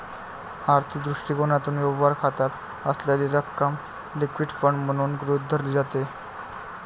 आर्थिक दृष्टिकोनातून, व्यवहार खात्यात असलेली रक्कम लिक्विड फंड म्हणून गृहीत धरली जाते